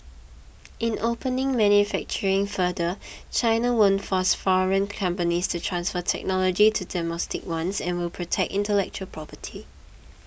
in opening manufacturing further China won't force foreign companies to transfer technology to domestic ones and will protect intellectual property